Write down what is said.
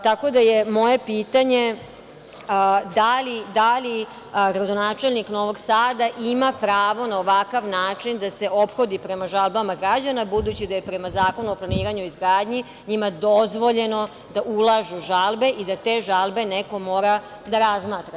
Tako da je moje pitanje - da li gradonačelnik Novog Sada ima pravo na ovakav način da se ophodi prema žalbama građana, budući da je prema Zakonu o planiranju i izgradnji njima dozvoljeno da ulažu žalbe i da te žalbe neko mora da razmatra?